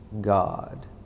god